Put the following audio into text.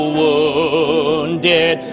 wounded